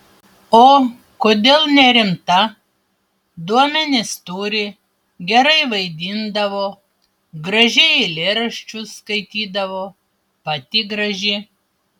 o kodėl nerimta duomenis turi gerai vaidindavo gražiai eilėraščius skaitydavo pati graži